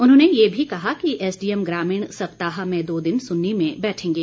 उन्होंने ये भी कहा कि एसडीएम ग्रामीण सप्ताह में दो दिन सुन्नी में बैठेंगे